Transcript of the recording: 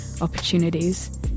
opportunities